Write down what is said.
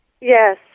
Yes